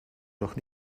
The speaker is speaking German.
doch